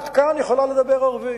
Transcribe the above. את כאן יכולה לדבר ערבית,